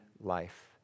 life